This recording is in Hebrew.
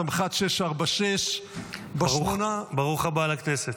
סמח"ט 646. ברוך הבא לכנסת.